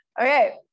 Okay